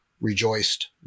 rejoiced